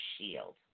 shield